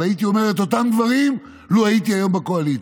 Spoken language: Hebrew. אבל הייתי אומר את אותם דברים לו הייתי היום בקואליציה.